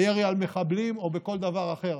בירי על מחבלים או בכל דבר אחר.